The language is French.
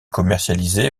commercialisé